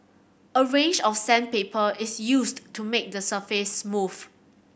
a range of sandpaper is used to make the surface smooth